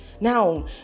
Now